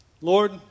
Lord